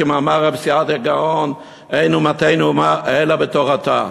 כמאמר רב סעדיה גאון: אין אומתנו אומה אלא בתורתה.